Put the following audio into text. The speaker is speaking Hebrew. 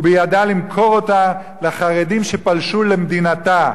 ובידה למכור אותה לחרדים שפלשו למדינתה.